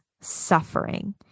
suffering